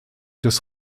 des